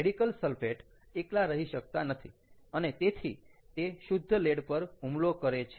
radical sulphate એકલા રહી શકતા નથી અને તેથી તે શુદ્ધ લેડ પર હુમલો કરે છે